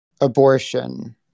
abortion